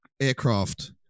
aircraft